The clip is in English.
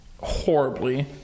horribly